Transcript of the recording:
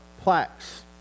plaques